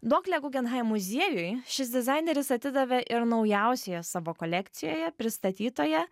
duoklę gugenhaim muziejui šis dizaineris atidavė ir naujausioje savo kolekcijoje pristatytoje